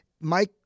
Mike